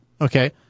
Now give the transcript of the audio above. okay